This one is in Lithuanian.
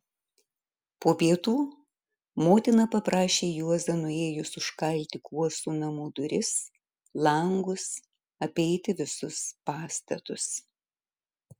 po pietų motina paprašė juozą nuėjus užkalti kuosų namų duris langus apeiti visus pastatus